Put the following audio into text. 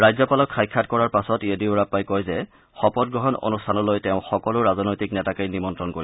ৰাজ্যপালক সাক্ষাৎ কৰাৰ পাছত শ্ৰীয়েড্ডিয়ুৰাপ্পাই কয় যে শপতগ্ৰহণ অনুষ্ঠানলৈ তেওঁ সকলো ৰাজনৈতিক নেতাকেই নিমন্ত্ৰণ কৰিব